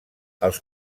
els